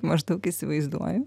maždaug įsivaizduoju